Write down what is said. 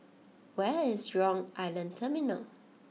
where is Jurong Island Terminal